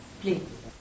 Please